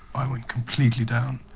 i went completely down.